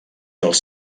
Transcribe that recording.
dels